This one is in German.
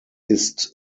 ist